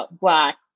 Black